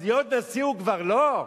אז להיות נשיא הוא כבר לא?